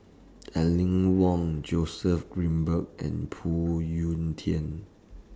Aline Wong Joseph Grimberg and Phoon Yew Tien